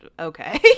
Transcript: okay